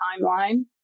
timeline